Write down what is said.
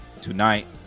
tonight